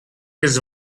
his